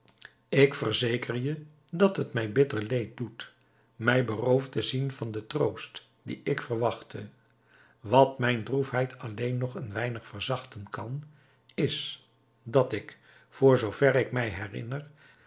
ik verzeker je dat het mij bitter leed doet mij beroofd te zien van den troost dien ik verwachtte wat mijn droefheid alleen nog een weinig verzachten kan is dat ik voor zoover ik mij herinner